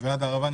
ועד הערבה.